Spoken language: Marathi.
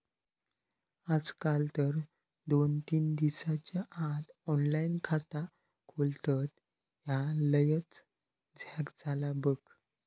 आजकाल तर दोन तीन दिसाच्या आत ऑनलाइन खाता खोलतत, ह्या लयच झ्याक झाला बघ